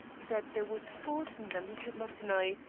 that there was force in them he could not deny,